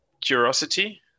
curiosity